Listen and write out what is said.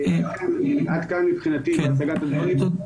עד כאן מבחינתי הצגת הדברים.